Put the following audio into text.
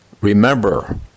Remember